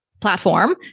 platform